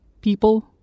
People